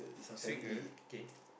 sweet girl okay